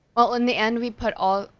well in the end, we put all,